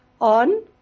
on